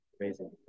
Amazing